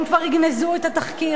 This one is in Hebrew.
הם כבר יגנזו את התחקיר.